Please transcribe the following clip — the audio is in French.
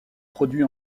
produit